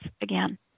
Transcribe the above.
again